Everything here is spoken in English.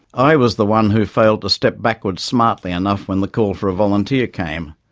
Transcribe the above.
i was the one who failed to step backwards smartly enough when the call for a volunteer came,